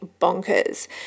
bonkers